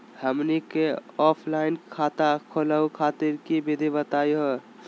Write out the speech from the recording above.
हमनी क ऑफलाइन खाता खोलहु खातिर विधि बताहु हो?